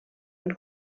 mit